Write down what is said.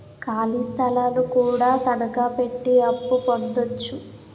ఖాళీ స్థలాలు కూడా తనకాపెట్టి అప్పు పొందొచ్చు